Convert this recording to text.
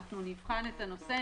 אנחנו נבחן את הנושא,